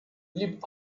blieb